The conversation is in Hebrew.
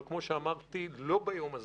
אבל כמו שאמרתי, לא ביום הזה.